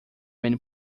many